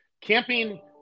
camping